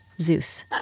Zeus